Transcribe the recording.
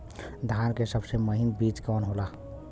धान के सबसे महीन बिज कवन होला?